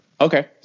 Okay